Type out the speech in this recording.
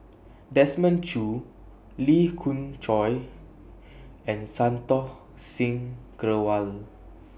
Desmond Choo Lee Khoon Choy and Santokh Singh Grewal